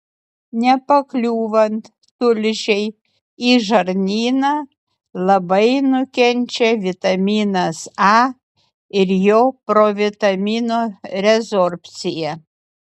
nepakliūvant tulžiai į žarnyną labai nukenčia vitaminas a ir jo provitamino rezorbcija